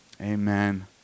Amen